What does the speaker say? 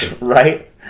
Right